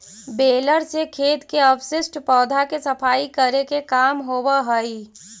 baler से खेत के अवशिष्ट पौधा के सफाई करे के काम होवऽ हई